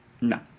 No